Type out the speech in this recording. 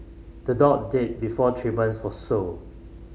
the dog died before treatments was sought